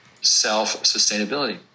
self-sustainability